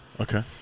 Okay